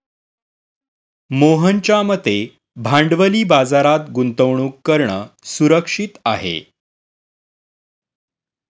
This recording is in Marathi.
मोहनच्या मते भांडवली बाजारात गुंतवणूक करणं सुरक्षित आहे